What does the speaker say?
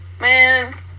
man